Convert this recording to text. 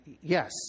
Yes